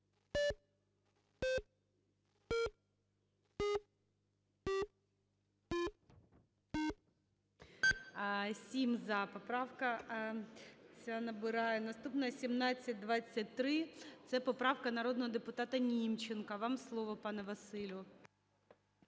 ця набирає. Наступна – 1723. Це поправка народного депутата Німченка. Вам слово, пане Василю.